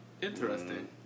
Interesting